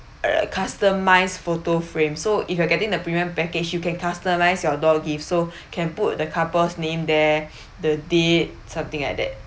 uh customised photo frame so if you are getting the premium package you can customise your door gift so can put the couple's name there the date something like that